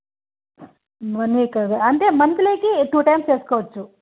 one week అదే అంటే మంత్లీకి టు టైమ్స్ చేసుకోవచ్చు